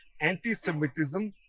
anti-Semitism